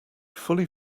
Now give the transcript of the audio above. fully